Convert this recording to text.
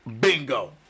Bingo